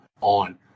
on